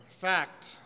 Fact